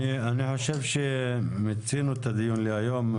אני חושב שמיצינו את הדיון להיום.